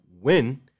win